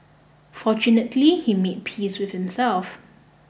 fortunately he made peace with himself